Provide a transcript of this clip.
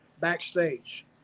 backstage